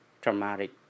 Traumatic